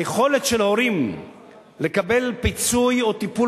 היכולת של הורים לקבל פיצוי או טיפול